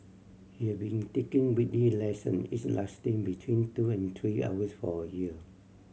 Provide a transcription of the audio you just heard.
he have been taking weekly lesson each lasting between two and three hours for a year